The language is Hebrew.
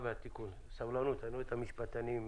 ידע שהמציאות היא נזילה.